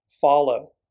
follow